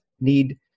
need